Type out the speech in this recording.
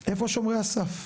איפה שומרי הסף?